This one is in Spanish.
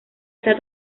está